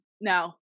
No